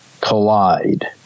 collide